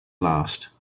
last